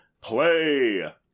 play